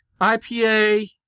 IPA